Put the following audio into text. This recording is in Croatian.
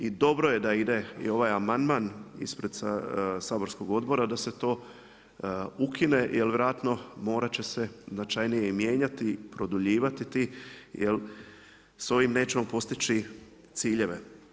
I dobro je da ide i ovaj amandman ispred saborskog odbora, da se to ukine jer vjerojatno morat će se značajnije i mijenjati, produljivati jer sa ovim nećemo postići ciljeve.